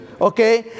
okay